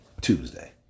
Tuesday